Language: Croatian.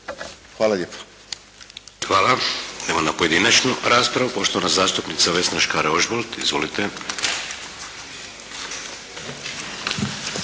Hvala. Idemo na pojedinačnu raspravu, poštovana zastupnica Vesna Škare-Ožbolt izvolite.